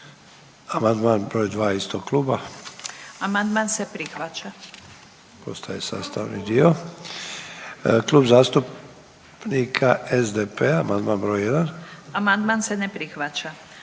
amandmana je prihvaćen.